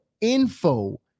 info